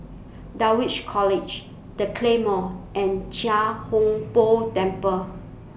Dulwich College The Claymore and Chia Hung Boo Temple